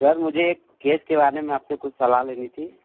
sir मुझे एक case के बारे में आप से कुछ सलाह लेनी थी